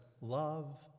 love